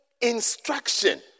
instruction